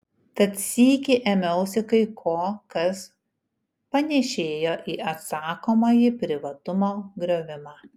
tad sykį ėmiausi kai ko kas panėšėjo į atsakomąjį privatumo griovimą